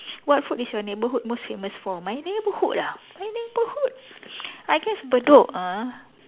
what food is your neighbourhood most famous for my neighbourhood ah my neighbourhood I guess Bedok ah